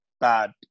bad